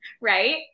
right